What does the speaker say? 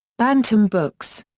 bantam books.